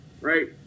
right